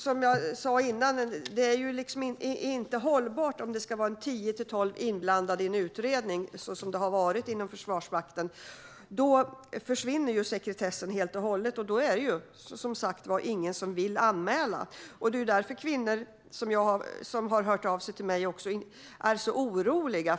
Som jag sa tidigare är det inte hållbart om tio till tolv personer är inblandade i en utredning, så som det har varit inom Försvarsmakten. Då försvinner sekretessen helt och hållet, och då vill som sagt ingen anmäla. Det är av detta skäl som de kvinnor som har hört av sig till mig har varit oroliga.